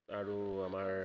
আৰু আমাৰ